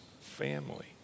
family